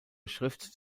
schrift